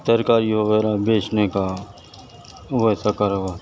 ترکاری وغیرہ بیچنے کا ویسا کارو بار